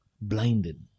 blinded